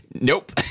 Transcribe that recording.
nope